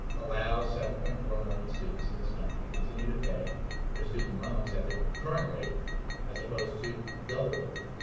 allows seven point four million students in this country to continue to pay their students loans at the current rate as opposed to double the rate.